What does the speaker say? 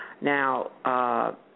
Now